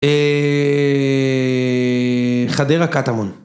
חדר הקטמון.